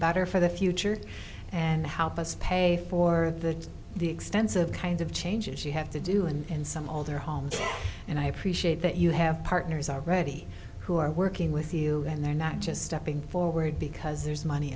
better for the future and how does pay for the the extensive kinds of changes you have to do and in some older homes and i appreciate that you have partners are ready who are working with you and they're not just stepping forward because there's money